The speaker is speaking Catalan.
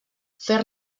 fer